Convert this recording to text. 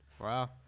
Wow